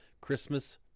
Christmas